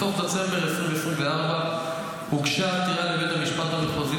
בסוף דצמבר 2024 הוגשה עתירה לבית המשפט המחוזי